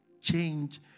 change